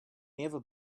never